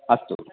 अस्तु